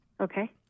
Okay